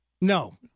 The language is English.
No